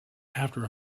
after